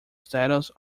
status